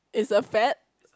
is a fat